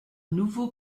nouveau